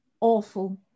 Awful